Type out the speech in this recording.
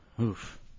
Oof